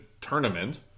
tournament